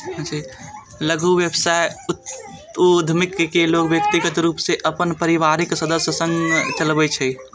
लघु व्यवसाय उद्यमिता कें लोग व्यक्तिगत रूप सं अपन परिवारक सदस्य संग चलबै छै